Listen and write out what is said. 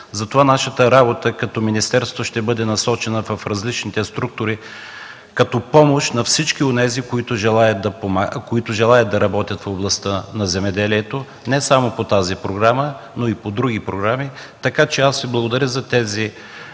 Затова нашата работа като министерство ще бъде насочена в различните структури като помощ на всички онези, които желаят да работят в областта на земеделието не само по тази програма, но и по други програми. Благодаря Ви за тези